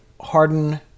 Harden